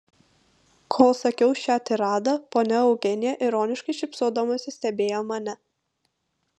kol sakiau šią tiradą ponia eugenija ironiškai šypsodamasi stebėjo mane